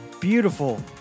beautiful